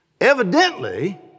evidently